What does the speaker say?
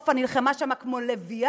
וסופה נלחמה שם כמו לביאה.